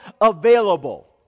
available